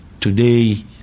today